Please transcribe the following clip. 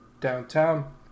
downtown